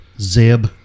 Zeb